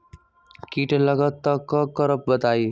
कीट लगत त क करब बताई?